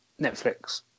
Netflix